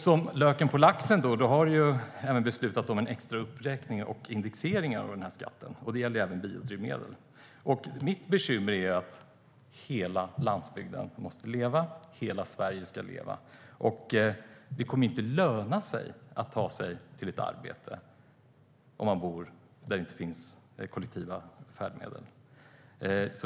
Som lök på laxen har du även beslutat om en extra uppräkning och indexering av den här skatten. Det gäller även biodrivmedel. Mitt bekymmer är att hela landsbygden måste leva. Hela Sverige ska leva. Det kommer inte att löna sig att ta sig till ett arbete om man inte bor där det finns kollektiva färdmedel.